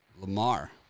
Lamar